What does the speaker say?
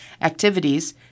Activities